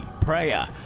Prayer